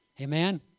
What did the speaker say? Amen